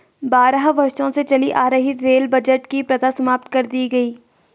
बारह वर्षों से चली आ रही रेल बजट की प्रथा समाप्त कर दी गयी